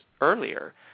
earlier